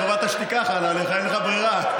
חובת השתיקה חלה עליך, אין לך ברירה.